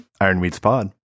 Ironweedspod